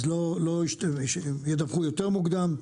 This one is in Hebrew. אז ידווחו יותר מוקדם.